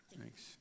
Thanks